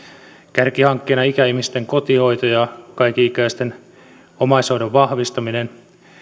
kärkihankkeina ikäihmisten kotihoito ja kaikenikäisten omaishoidon vahvistaminen